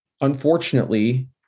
unfortunately